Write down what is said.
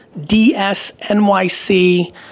D-S-N-Y-C